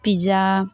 pizza